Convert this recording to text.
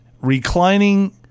reclining